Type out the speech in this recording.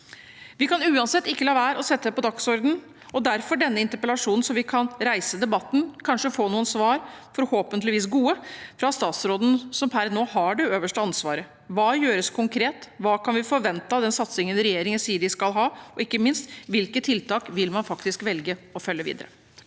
Vi kan uansett ikke la være å sette dette på dagsordenen. Derfor har jeg denne interpellasjonen, så vi kan reise debatten og kanskje få noen svar – forhåpentligvis gode – fra statsråden, som per nå har det øverste ansvaret: Hva gjøres konkret, hva kan vi forvente av den satsingen regjeringen sier de skal ha, og – ikke minst – hvilke tiltak vil man faktisk velge å følge videre?